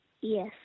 Yes